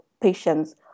patients